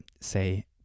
say